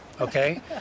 okay